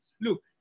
Look